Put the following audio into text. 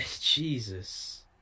Jesus